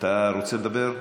אתה רוצה לדבר?